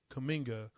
Kaminga